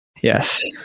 yes